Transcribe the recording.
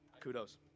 kudos